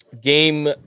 game